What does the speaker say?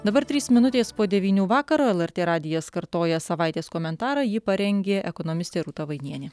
dabar trys minutės po devynių vakaro lrt radijas kartoja savaitės komentarą jį parengė ekonomistė rūta vainienė